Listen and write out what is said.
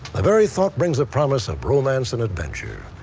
ah very thought brings the promise of romance and adventure.